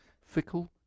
fickle